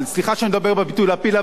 סליחה שאני משתמש בביטוי להפיל,